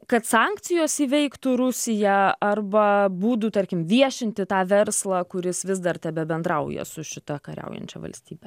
kad sankcijos įveiktų rusiją arba būdų tarkim viešinti tą verslą kuris vis dar tebebendrauja su šita kariaujančia valstybe